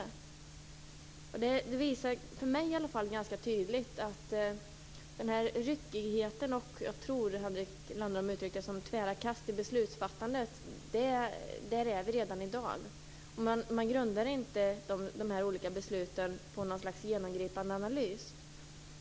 Jag tycker att detta ganska tydligt visar att vi redan i dag har den här ryckigheten och de tvära kasten i beslutsfattande som jag tror Henrik Landerholm uttryckte det. Man grundar inte de olika besluten på någon genomgripande analys.